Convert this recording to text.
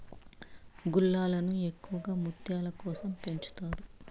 గుల్లలను ఎక్కువగా ముత్యాల కోసం పెంచుతారు